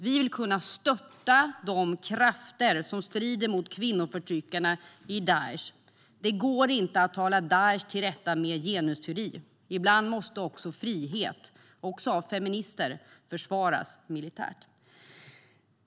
Vi vill kunna stötta de krafter som strider mot kvinnoförtryckarna i Daish. Det går inte att tala Daish till rätta med genusteori. Ibland måste frihet försvaras militärt, också av feminister.